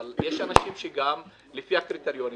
אבל יש אנשים שלפי הקריטריונים